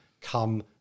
come